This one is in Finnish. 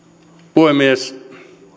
puhemies